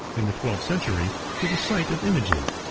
in the twelfth century, to the sight of images.